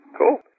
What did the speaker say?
cool